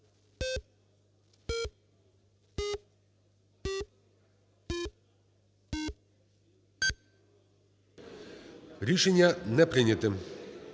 Рішення не прийняте.